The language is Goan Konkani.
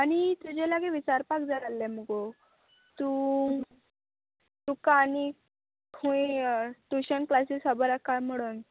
आनी तुजे लागी विचारपाक जाय आल्हे मुगो तूं तुका आनी खंय ट्युशन क्लासीस खबर आसा कांय म्हणून